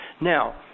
Now